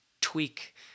tweak